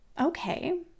okay